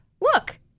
look